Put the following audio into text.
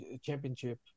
Championship